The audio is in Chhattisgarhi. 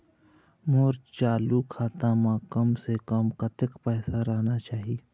मोर चालू खाता म कम से कम कतक पैसा रहना चाही?